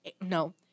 No